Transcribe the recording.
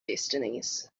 destinies